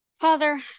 Father